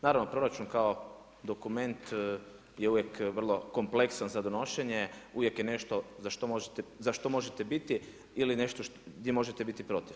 Naravno proračun kao dokument je uvijek vrlo kompleksan za donošenje, uvijek je nešto za što možete biti ili nešto gdje možete biti protiv.